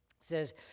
says